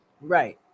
Right